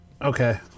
Okay